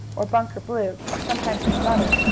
or bunker blue, or sometimes his mother,